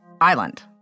island